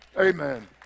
Amen